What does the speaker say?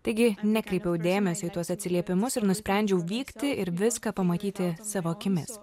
taigi nekreipiau dėmesio į tuos atsiliepimus ir nusprendžiau vykti ir viską pamatyti savo akimis